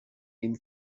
این